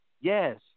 yes